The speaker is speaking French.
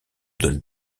donne